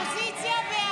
הסתייגות 1945 לא נתקבלה.